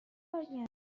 کاری